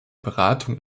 beratung